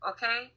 Okay